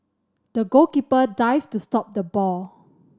the goalkeeper dived to stop the ball